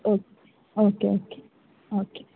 okay okay okay okay